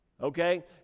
Okay